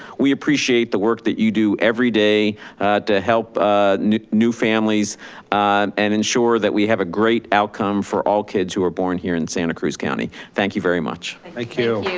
we appreciate the work that you do everyday to help ah new new families and ensure that we have a great outcome for all kids who are born here in santa cruz county. thank you very much. thank you.